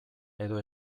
edo